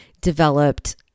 developed